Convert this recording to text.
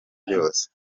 byose